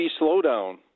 slowdown